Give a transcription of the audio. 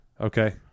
Okay